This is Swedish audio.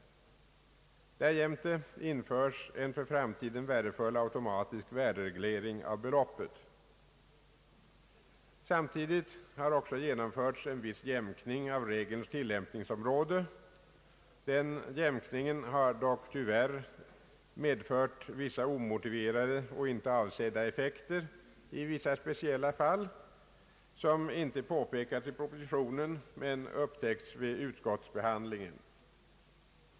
Därjämte införs en för framtiden värdefull automatisk värdereglering av beloppet. Samtidigt har också genomförts en viss jämkning av regelns tilllämpningsområde. Den jämkningen har dock tyvärr medfört vissa omotiverade och inte avsedda effekter i vissa speciella fall, som inte påpekats i propositionen men upptäckts vid utskottsbehandlingen.